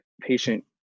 patient